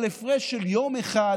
ועל הפרש של יום אחד